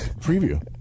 preview